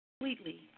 completely